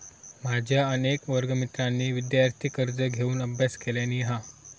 माझ्या अनेक वर्गमित्रांनी विदयार्थी कर्ज घेऊन अभ्यास केलानी हा